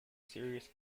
serious